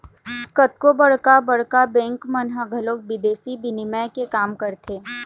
कतको बड़का बड़का बेंक मन ह घलोक बिदेसी बिनिमय के काम करथे